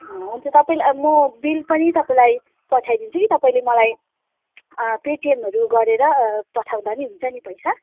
हुन्छ तपाईँ म बिल पनि तपाईँलाई पठाइदिन्छु कि तपाईँले मलाई अँ पेटिएमहरू गरेर अँ पठाउँदा नि हुन्छ नि पैसा